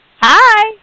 Hi